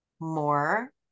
more